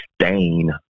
stain